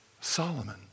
Solomon